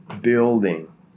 building